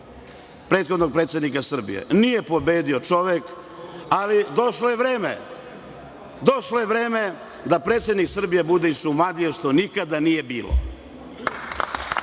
prethodnog predsednika Srbije. Nije čovek pobedio, ali je došlo vreme da predsednik Srbije bude iz Šumadije, što nikada nije bilo,